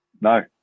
No